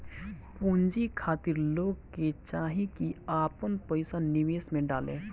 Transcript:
पूंजी खातिर लोग के चाही की आपन पईसा निवेश में डाले